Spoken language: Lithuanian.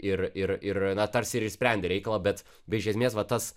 ir ir ir na tarsi ir išsprendė reikalą bet bet iš esmės va tas